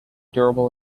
durable